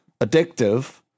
addictive